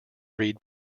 reed